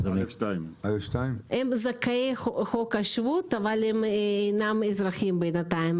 הם זכאי חוק השבות אבל הם אינם אזרחים בינתיים.